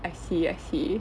I see I see